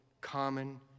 common